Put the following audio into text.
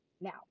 Now